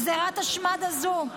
גזירת השמד הזו.